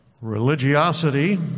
religiosity